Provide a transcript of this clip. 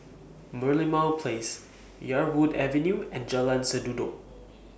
Merlimau Place Yarwood Avenue and Jalan Sendudok